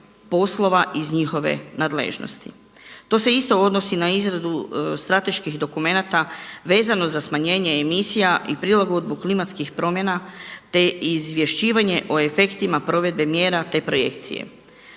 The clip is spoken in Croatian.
poslova iz njihove nadležnosti. To se isto odnosi na izradu strateških dokumenata vezano za smanjenje emisija i prilagodbu klimatskih promjena, te izvješćivanje o efektima provedbe mjera, te projekcije.